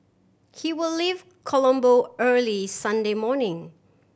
he will leave Colombo early Sunday morning